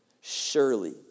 Surely